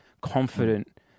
confident